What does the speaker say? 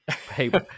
Hey